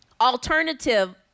alternative